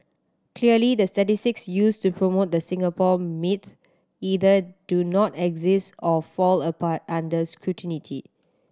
clearly the statistics used to promote the Singapore myth either do not exist or fall apart under